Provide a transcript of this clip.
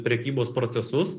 prekybos procesus